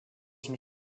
une